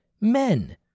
men